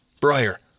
Briar